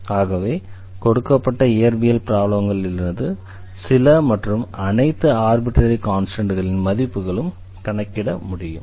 ஆகவே கொடுக்கப்பட்ட இயற்பியல் ப்ராப்ளங்களிலிருந்து சில அல்லது அனைத்து ஆர்பிட்ரரி கான்ஸ்டண்ட்களின் மதிப்புகளும் கணக்கிட முடியும்